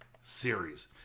Series